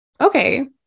okay